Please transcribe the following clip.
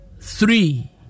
three